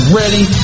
ready